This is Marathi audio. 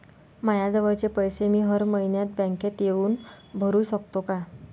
मायाजवळचे पैसे मी हर मइन्यात बँकेत येऊन भरू सकतो का?